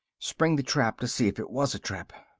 spring the trap to see if it was a trap.